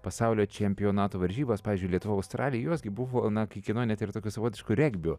pasaulio čempionato varžybas pavyzdžiui lietuva australija jos gi buvo na kai kieno net ir tokiu savotišku regbiu